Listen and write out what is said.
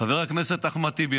חבר הכנסת אחמד טיבי,